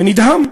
ונדהם.